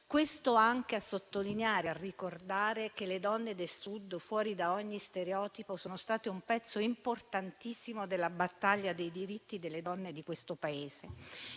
Questo anche a sottolineare e a ricordare che le donne del Sud, fuori da ogni stereotipo, sono state un pezzo importantissimo della battaglia dei diritti delle donne di questo Paese.